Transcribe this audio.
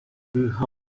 ha